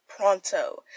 pronto